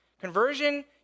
conversion